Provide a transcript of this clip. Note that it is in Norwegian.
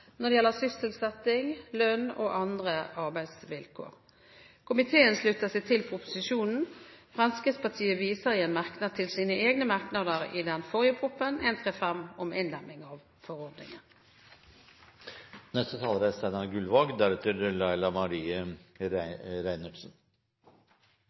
når det gjelder sysselsetting, lønn og andre arbeidsvilkår. Komiteen slutter seg til proposisjonen. Fremskrittspartiet viser i en merknad til sine merknader i forbindelse med behandlingen av den tidligere nevnte proposisjonen, Prop. 135 S om innlemming av forordningen.